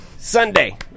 Sunday